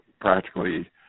practically